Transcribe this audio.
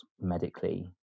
medically